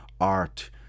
art